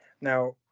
now